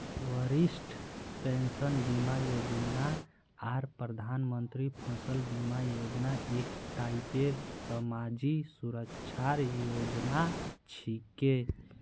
वरिष्ठ पेंशन बीमा योजना आर प्रधानमंत्री फसल बीमा योजना एक टाइपेर समाजी सुरक्षार योजना छिके